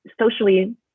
socially